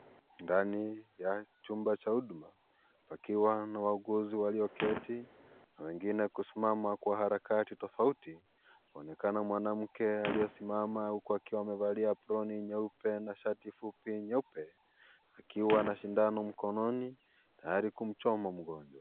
Ndani ya chumba cha huduma. Pakiwa na wauguzi walioketi na wengine kusimama kwa harakati tofauti. Aonekana mwanamke aliyesimama huku akiwa amevalia aproni nyeupe na shati fupi nyeupe. Akiwa na sindano mkononi, tayari kumchoma mgonjwa.